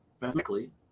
mathematically